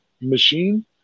machine